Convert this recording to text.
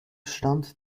stand